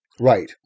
Right